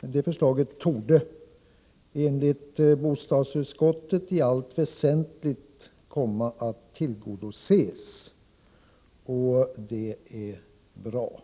Detta förslag torde enligt bostadsutskottet i allt väsentligt komma att tillgodoses, och det är bra.